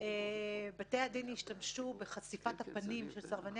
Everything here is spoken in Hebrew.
בתי הדין השתמשו בחשיפת הפנים של סרבני